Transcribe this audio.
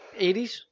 80s